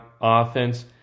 offense